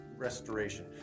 Restoration